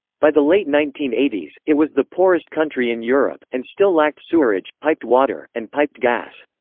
by the late nineteen eighty s, it was the poorest country in europe, and still lacked sewerage, piped water, and piped gas.